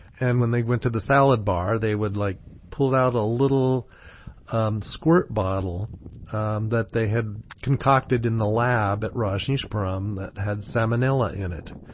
and when they went to the salad bar, they would like pull out a little um squirt bottle um that they had concocted in the lab at rajneeshpuram that had salmonella in it,